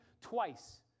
twice